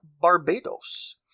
Barbados